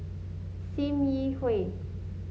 Sim Yi Hui